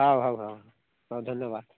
ହେଉ ହେଉ ହେଉ ହେଉ ଧନ୍ୟବାଦ